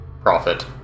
profit